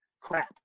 crap